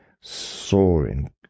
soaring